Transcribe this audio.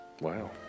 Wow